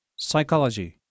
psychology